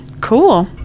cool